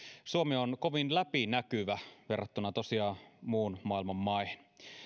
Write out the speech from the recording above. suomi on kovin läpinäkyvä verrattuna muun maailman maihin